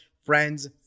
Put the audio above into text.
friends